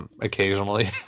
occasionally